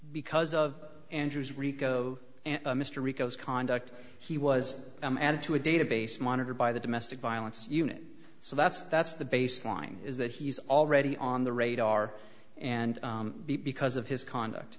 because of andrew's rico and mr rico's conduct he was added to a database monitored by the domestic violence unit so that's that's the baseline is that he's already on the radar and because of his conduct